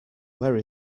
where